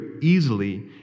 easily